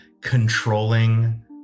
controlling